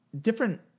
different